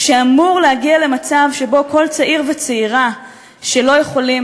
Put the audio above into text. שאמור להגיע למצב שבו כל צעיר וצעירה שלא יכולים